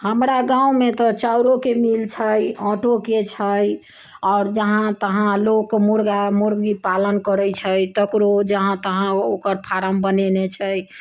हमरा गाउँ मे तऽ चाउरो के मील छै आटो के छै आओर जहाँ तहाँ लोक मुर्गा मुर्गी पालन करै छै तकरो जहाँ तहाँ ओकर फार्म बनेने छै